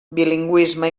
bilingüisme